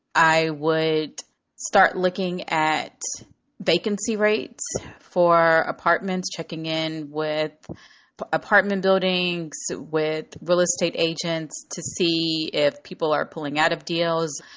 i would start looking at vacancy rates for apartments, checking in with but apartment buildings, with real estate agents to see if people are pulling out of deals.